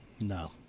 no